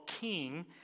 king